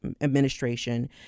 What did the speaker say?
administration